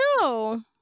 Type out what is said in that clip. No